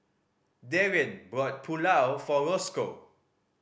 Darrien brought Pulao for Rosco